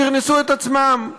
פרנסו את עצמם.